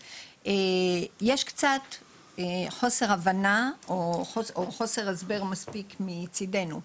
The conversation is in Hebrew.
יש קצת חוסר הבנה או חוסר הסבר מספיק מצידנו.